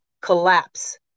collapse